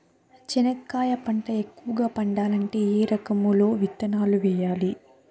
చెనక్కాయ పంట ఎక్కువగా పండాలంటే ఏ కాలము లో విత్తనాలు వేయాలి?